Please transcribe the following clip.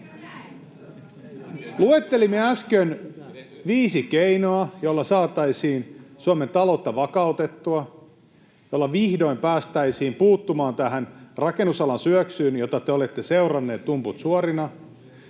Luettelimme äsken viisi keinoa, joilla saataisiin Suomen taloutta vakautettua, joilla vihdoin päästäisiin puuttumaan tähän rakennusalan syöksyyn, jota te olette seuranneet tumput suorina,